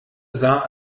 sah